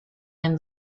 and